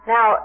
Now